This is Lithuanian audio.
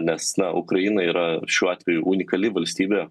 nes na ukraina yra šiuo atveju unikali valstybė